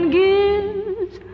gives